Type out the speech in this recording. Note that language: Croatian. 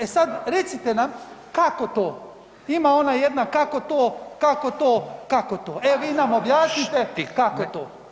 E sad recite nam, kako to, ima ona jedna kako to, kako to, kako to, e vi nam objasnite kako to.